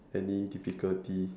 any difficulty